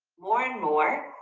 more and more,